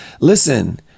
Listen